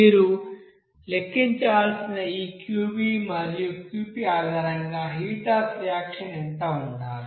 మీరు లెక్కించాల్సిన ఈ Qv మరియు Qp ఆధారంగా హీట్ అఫ్ రియాక్షన్ ఎంత ఉండాలి